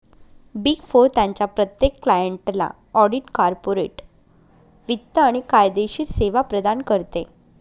big four त्यांच्या प्रत्येक क्लायंटला ऑडिट, कॉर्पोरेट वित्त आणि कायदेशीर सेवा प्रदान करते